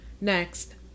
Next